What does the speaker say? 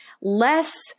less